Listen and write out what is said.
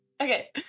Okay